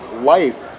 life